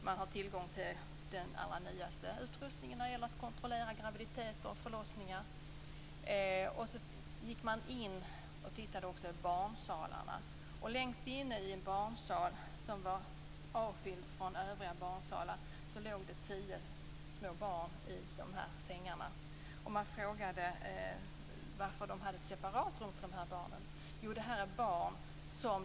Man hade tillgång till den allra nyaste utrustningen när det gäller att kontrollera graviditeter och förlossningar. Sedan gick de in och tittade i barnsalarna. Längst inne i en barnsal som var avskild från övriga barnsalar låg tio små barn i sängarna. De frågade varför man hade ett separerat rum för dessa barn.